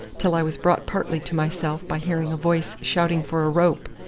till i was brought partly to myself by hearing a voice shouting for a rope,